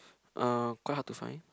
uh quite hard to find